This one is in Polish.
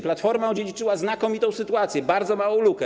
Platforma odziedziczyła znakomitą sytuację: bardzo małą lukę.